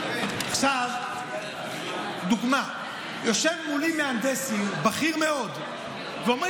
יושב מולי מהנדס עיר בכיר מאוד ואומר,